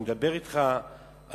אני מדבר אתך על